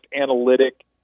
analytic